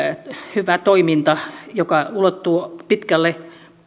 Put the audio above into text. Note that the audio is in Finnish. hyvä toiminta joka ulottuu pitkälle